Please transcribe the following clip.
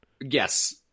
Yes